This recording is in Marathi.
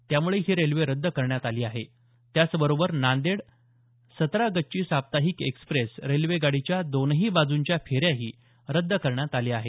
त्यामुळे ही रेल्वे रद्द करण्यात आली आहे त्याचबरोबर नांदेड सतरागच्ची साप्ताहिक एक्सप्रेस रेल्वेगाडीच्या दोनही बाजूंच्या फेऱ्याही रद्द करण्यात आल्या आहेत